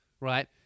right